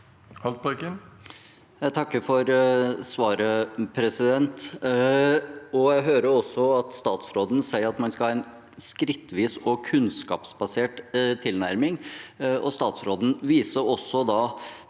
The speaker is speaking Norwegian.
Jeg hører statsråden si at man skal ha en skrittvis og kunnskapsbasert tilnærming, og han viser også